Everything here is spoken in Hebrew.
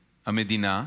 המדינה,